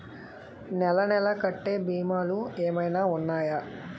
నెల నెల కట్టే భీమాలు ఏమైనా ఉన్నాయా?